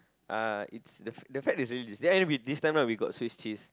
uh it's the it's the fat is really juicy and this time round we got Swiss cheese